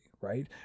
right